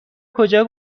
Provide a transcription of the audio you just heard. کجا